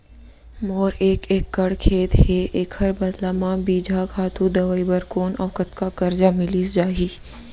मोर एक एक्कड़ खेत हे, एखर बदला म बीजहा, खातू, दवई बर कोन अऊ कतका करजा मिलिस जाही?